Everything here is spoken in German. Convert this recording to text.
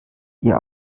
ihr